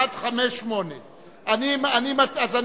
עד 5, 8. אז אני מצביע.